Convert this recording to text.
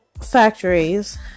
factories